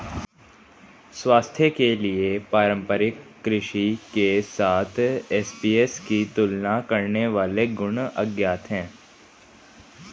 स्वास्थ्य के लिए पारंपरिक कृषि के साथ एसएपीएस की तुलना करने वाले गुण अज्ञात है